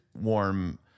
warm